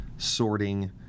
Sorting